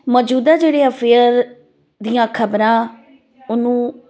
ਮੌਜੂਦਾ ਜਿਹੜੇ ਅਫੇਅਰ ਦੀਆਂ ਖ਼ਬਰਾਂ ਉਹਨੂੰ